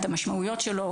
את המשמעויות שלו,